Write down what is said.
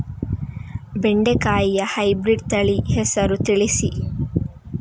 ಬೆಂಡೆಕಾಯಿಯ ಹೈಬ್ರಿಡ್ ತಳಿ ಹೆಸರು ತಿಳಿಸಿ?